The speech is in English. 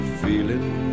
feeling